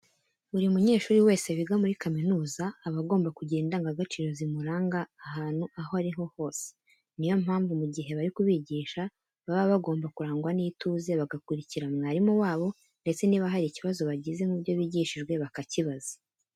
Buri munyeshuri wese wiga muri kaminuza, agomba kugira indangagaciro zimuranga ahantu aho ari ho hose ari. Niyo mpamvu mu gihe bari kubigisha baba bagomba kurangwa n'ituze, bagakurikira mwarimu wabo ndetse niba hari ikibazo bagize mu byo bigishijwe bakakibaza.